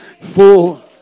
full